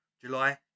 July